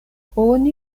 oni